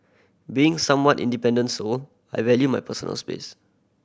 being a somewhat independent soul I value my personal space